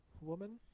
woman